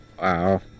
Wow